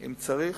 אם צריך,